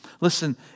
Listen